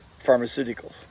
pharmaceuticals